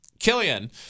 Killian